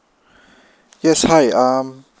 yes hi um